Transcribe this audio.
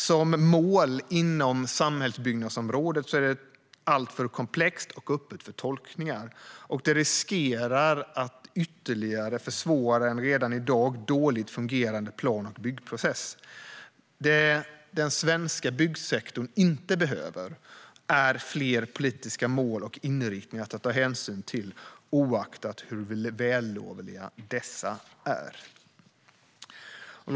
Som mål inom samhällsbyggnadsområdet är det alltför komplext och öppet för tolkningar. Det riskerar att ytterligare försvåra en redan i dag dåligt fungerande plan och byggprocess. Det den svenska byggsektorn inte behöver är fler politiska mål och inriktningar att ta hänsyn till, oaktat hur vällovliga dessa är. Herr talman!